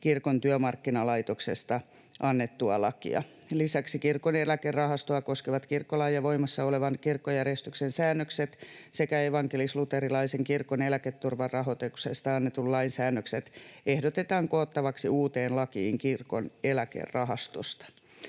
Kirkon työmarkkinalaitoksesta annettua lakia. Lisäksi Kirkon eläkerahastoa koskevat kirkkolain ja voimassa olevan kirkkojärjestyksen säännökset sekä evankelis-luterilaisen kirkon eläketurvan rahoituksesta annetun lain säännökset ehdotetaan koottavaksi uuteen lakiin Kirkon eläkerahastosta.